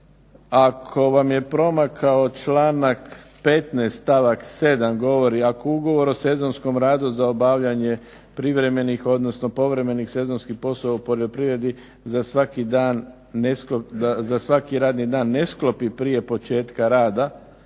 ako vam je promakao članak 15. stavak 7. govori: "Ako ugovor o sezonskom radu za obavljanje privremenih odnosno povremenih sezonskih poslova u poljoprivredi za svaki radni dan ne sklopi prije početka rada